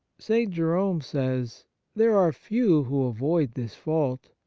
st. jerome says there are few who avoid this fault.